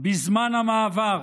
בזמן המעבר